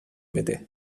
بده